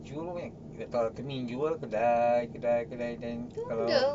jewel eh kalau to me jewel kedai kedai kedai then kalau